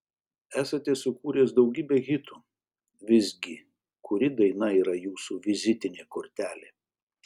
esate sukūręs daugybę hitų visgi kuri daina yra jūsų vizitinė kortelė